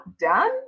done